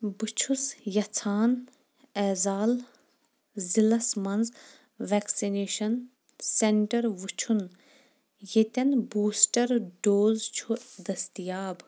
بہٕ چھُس یژھان ایزال ضلعس مَنٛز ویٚکسِنیشن سینٹر وٕچھُن ییٚتیٚن بوٗسٹر ڈوز چھُ دٔستِیاب